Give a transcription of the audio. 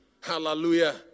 hallelujah